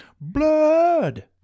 blood